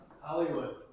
Hollywood